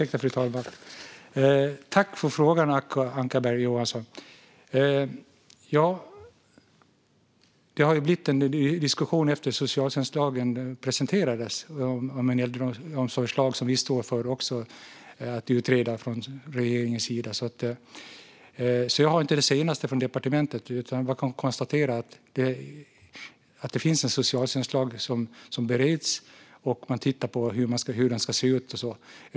Fru talman! Jag tackar Acko Ankarberg Johansson för frågan. Det har efter att socialtjänstlagen presenterades blivit en diskussion om en äldreomsorgslag, som vi från regeringens sida står för att utreda. Jag har inte det senaste från departementet, men jag kan konstatera att det finns en socialtjänstlag som bereds och att man tittar på hur den ska se ut.